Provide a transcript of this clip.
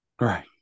Right